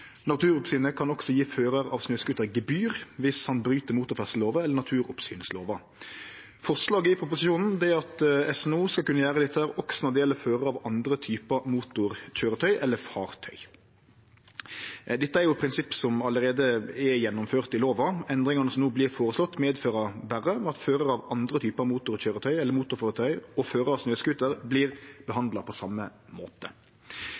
Naturoppsynet kan også gje førar av snøscooter gebyr dersom han bryt motorferdsellova eller naturoppsynslova. Forslaget i proposisjonen er at SNO skal kunne gjere dette også når det gjeld førarar av andre typar motorkøyretøy eller motorfartøy. Dette er jo prinsipp som allereie er gjennomførte i lova. Endringane som no vert føreslått, medfører berre at førarar av andre typar motorkøyretøy eller motorfartøy og førarar av snøscooter vert handsama på same måte. I høyringa støttar eit klart fleirtal av